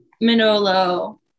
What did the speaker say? manolo